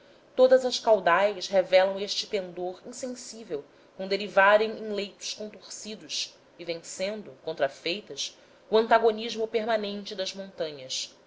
todas as caudais revelam este pendor insensível com derivarem em leitos contorcidos e vencendo contrafeitas o antagonismo permanente das montanhas